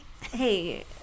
hey